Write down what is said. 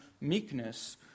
meekness